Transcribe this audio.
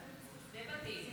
ובתים.